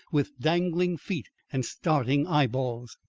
with dangling feet and starting eyeballs.